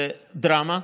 זה דרמה,